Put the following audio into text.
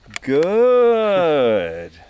Good